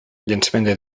llançament